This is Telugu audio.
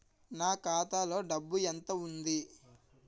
నా ఖాతాలో డబ్బు ఎంత ఉంది?